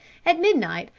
at midnight,